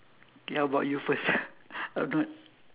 K how about you first a bit